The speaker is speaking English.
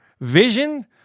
vision